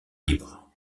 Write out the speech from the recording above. libres